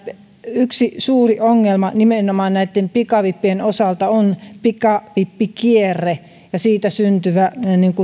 yksi suuri ongelma nimenomaan näitten pikavippien osalta on pikavippikierre ja siitä syntyvä